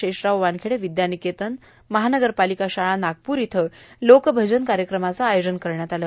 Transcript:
शेषराव वानखेडे र्विदर्यानिकेतन मनपा शाळा नागपूर इथं लोक भजन कायक्रमाचं आयोजन करण्यात आलं